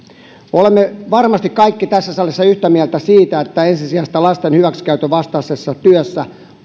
olemme varmasti kaikki tässä salissa yhtä mieltä siitä että ensisijaista lasten hyväksikäytön vastaisessa työssä